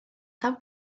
ddaw